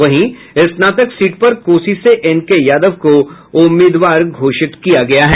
वहीं स्नानतक सीट पर कोसी से एन के यादव को उम्मीदवार घोषित किया गया है